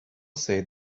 say